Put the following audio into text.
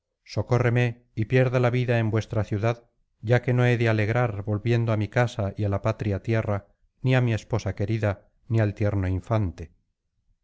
socórreme y pierda la vida en vuestra ciudad ya que no he de alegrar volviendo á mi casa y á la patria tierra ni á mi esposa querida ni al tierno infante